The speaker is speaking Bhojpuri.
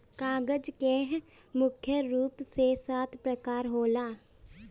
कागज कअ मुख्य रूप से सात प्रकार होला